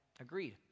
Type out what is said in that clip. agreed